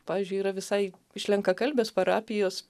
pavyzdžiui yra visai iš lenkakalbės parapijos